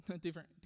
different